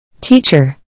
Teacher